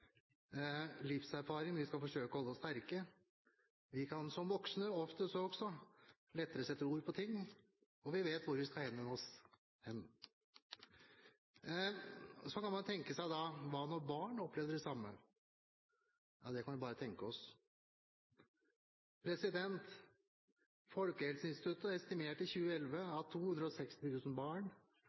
livserfaring. Vi skal forsøke å holde oss sterke. Vi kan som voksne som oftest lettere sette ord på ting, og vi vet hvor vi skal henvende oss. Hva da når barn opplever det samme? Ja, det kan vi bare tenke oss. Folkehelseinstituttet estimerte i 2011 at 260 000 barn